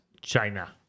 China